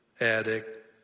addict